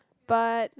but